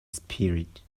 spirit